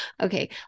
okay